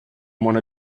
want